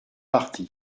parti